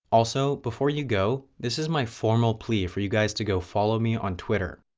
also, before you go, this is my formal plea for you guys to go follow me on twitter.